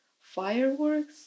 fireworks